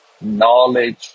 knowledge